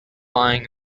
lying